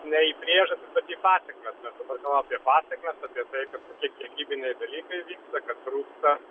ne į priežastis bet į pasekmes mes dabar kalbam apie pasekmes apie tai kaip tokie kiekybiniai dalykai vyksta kad trūksta